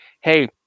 Hey